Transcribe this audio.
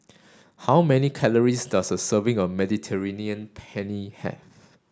how many calories does a serving of Mediterranean Penne have